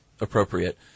appropriate